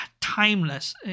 timeless